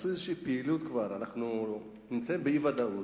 שיעשו פעילות כבר, אנחנו נמצאים באי-ודאות,